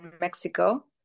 Mexico